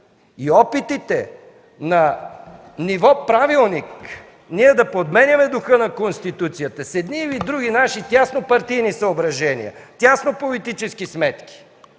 Опитите на ниво правилник да подменяме духа на Конституцията с едни или други наши тясно партийни съображения, тясно политически сметки,